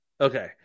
Okay